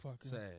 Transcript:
Sad